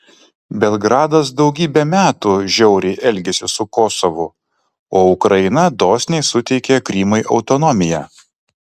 belgradas daugybę metų žiauriai elgėsi su kosovu o ukraina dosniai suteikė krymui autonomiją